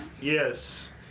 Yes